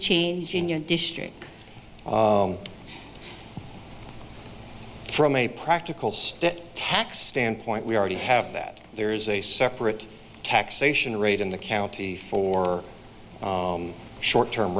change in your district from a practical state tax standpoint we already have that there is a separate taxation rate in the county for short term